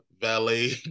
valet